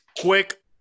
Quick